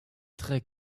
très